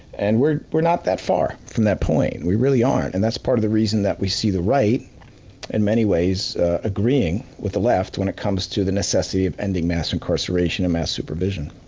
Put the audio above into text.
and we're we're not that far from that point, we really aren't, and that's part of the reason that we see the right in many ways agreeing with the left when it comes to the necessity of ending mass incarceration and mass supervision.